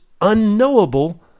unknowable